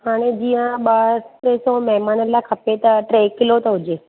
त हाणे जीअं ॿ टे सौ महिमान लाइ खपे त टे किलो त हुजे